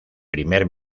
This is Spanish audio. primer